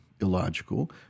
illogical